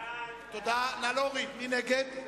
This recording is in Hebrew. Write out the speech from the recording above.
מי נגד?